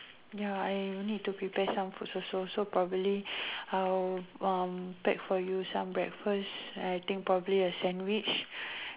ya I will need to prepare some food also so probably I will uh pack for you some breakfast and I think probably a sandwich